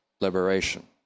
liberation